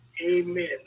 Amen